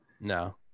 no